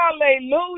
Hallelujah